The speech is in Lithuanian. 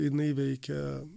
jinai veikia